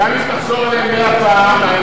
וגם אם תחזור עליהם מאה פעם,